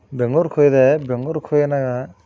ಬೆಂಗ್ಳೂರಿಗೆ ಹೋಗಿದೆ ಬೆಂಗ್ಳೂರಿಗೆ ಹೋಗ್ಯಾನ